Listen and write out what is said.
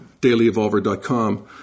dailyevolver.com